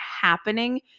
happening